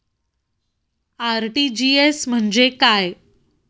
RTGS म्हणजे काय?